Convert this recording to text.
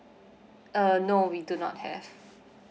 uh no we do not have